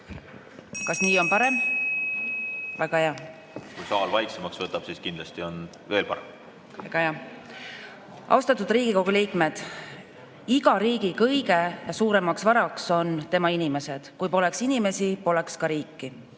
kindlasti on veel parem. Kui saal vaiksemaks võtab, siis kindlasti on veel parem. Väga hea. Austatud Riigikogu liikmed! Iga riigi kõige suuremaks varaks on tema inimesed. Kui poleks inimesi, poleks ka riiki.